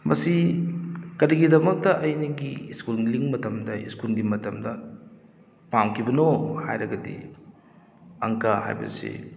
ꯃꯁꯤ ꯀꯔꯤꯒꯤꯗꯃꯛꯇ ꯑꯩꯒꯤ ꯁ꯭ꯀꯨꯜꯂꯤꯡ ꯃꯇꯝꯗ ꯁ꯭ꯀꯨꯜꯒꯤ ꯃꯇꯝꯗ ꯄꯥꯝꯈꯤꯕꯅꯣ ꯍꯥꯏꯔꯒꯗꯤ ꯑꯪꯀ ꯍꯥꯏꯕꯁꯤ